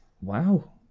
Wow